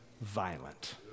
violent